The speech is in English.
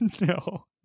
No